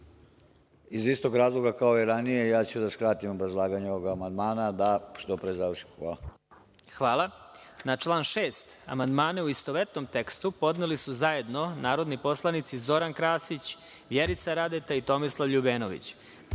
Iz istog razloga, kao i ranije, ja ću da skratim obrazlaganje ovoga amandmana, da što pre završimo. Hvala. **Đorđe Milićević** Hvala. Na član 6. amandmane, u istovetnom tekstu, podneli su zajedno narodni poslanici Zoran Krasić, Vjerica Radeta i Tomislav LJubenović,